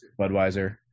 Budweiser